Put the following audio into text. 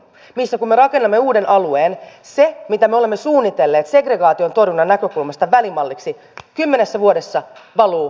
nyt te luotte mallin missä kun me rakennamme uuden alueen se mitä me olemme suunnitelleet segregaation torjunnan näkökulmasta välimalliksi kymmenessä vuodessa valuu kovanrahan tuotantoon hintojenkin suhteen